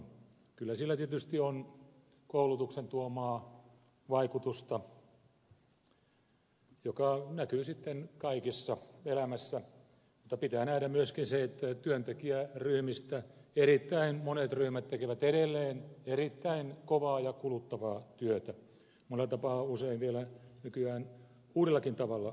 kyllä sielläkin tietysti on koulutuksen tuomaa vaikutusta joka näkyy sitten kaikessa elämässä mutta pitää nähdä myöskin se että työntekijäryhmistä erittäin monet ryhmät tekevät edelleen erittäin kovaa ja kuluttavaa työtä monella tapaa usein vielä nykyään uudellakin tavalla kuluttavaa työtä